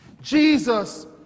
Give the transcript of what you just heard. Jesus